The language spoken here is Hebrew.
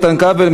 איתן כבל,